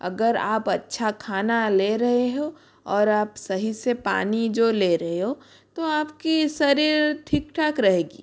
अगर आप अच्छा खाना ले रहे हो और आप सही से पानी जो ले रहे हो तो आपके शरीर ठीक ठाक रहेगी